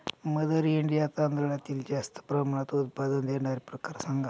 mother India तांदळातील जास्त प्रमाणात उत्पादन देणारे प्रकार सांगा